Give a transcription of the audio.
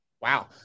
wow